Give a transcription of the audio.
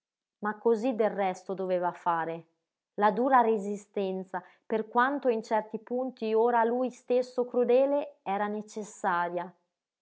ma cosí del resto doveva fare la dura resistenza per quanto in certi punti ora a lui stesso crudele era necessaria